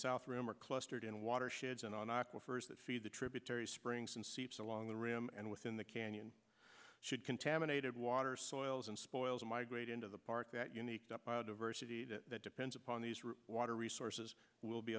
south rim are clustered in water sheds and on aquifers that feed the tributaries springs and seeps along the rim and within the canyon should contaminated water soils and spoils migrate into the park that you need biodiversity that depends upon these water resources will be